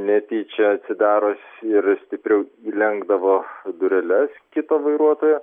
netyčia atsidaro ir stipriau įlenkdavo dureles kito vairuotojo